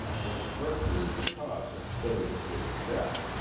was virtually the cause of billy the kid's death,